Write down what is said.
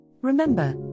Remember